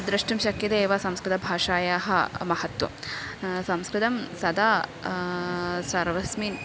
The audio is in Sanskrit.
द्रष्टुं शक्यते एव संस्कृतभाषायाः महत्त्वं संस्कृतं सदा सर्वस्मिन्